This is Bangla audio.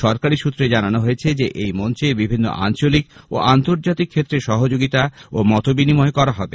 সরকারি সূত্রে জানানো হয়েছে যে এই মঞ্চে বিভিন্ন আঞ্চলিক ও আন্তর্জাতিক ক্ষেত্রে সহযোগিতা ও মত বিনিময় করা হবে